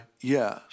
yes